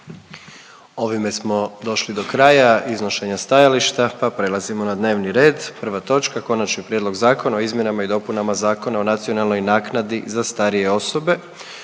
**Jandroković, Gordan (HDZ)** Pa prelazimo na dnevni red. Prva točka - Konačni prijedlog zakona o izmjenama i dopunama Zakona o nacionalnoj naknadi za starije osobe,